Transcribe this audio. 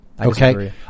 Okay